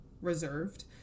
reserved